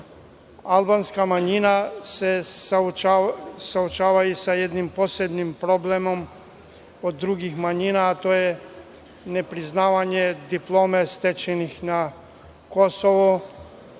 manjine. Albanska manjina se suočava i sa jednim posebnim problemom od drugih manjina, a to je nepriznavanje diploma stečenih na Kosovu.